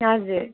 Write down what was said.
हजुर